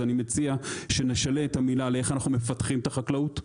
אז אני מציע שנשנה את המילה ל-"איך אנחנו מפתחים את החקלאות"?